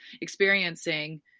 experiencing